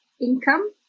income